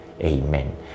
Amen